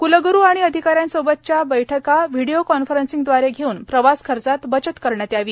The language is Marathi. कुलग्रु आणि अधिकाऱ्यांसोबतच्या बैठका व्हिडीओ कॉन्फरन्सव्दारे घेऊन प्रवास खर्चात बचत करण्यात यावी